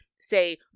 say